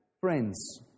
friends